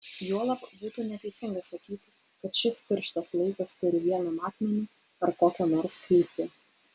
juolab būtų neteisinga sakyti kad šis tirštas laikas turi vieną matmenį ar kokią nors kryptį